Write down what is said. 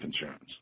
insurance